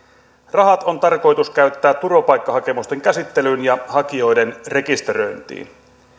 rahat on tarkoitus käyttää turvapaikkahakemusten käsittelyyn ja hakijoiden rekisteröintiin